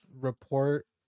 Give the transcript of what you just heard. report